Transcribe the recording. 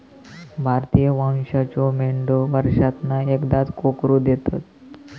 भारतीय वंशाच्यो मेंढयो वर्षांतना एकदाच कोकरू देतत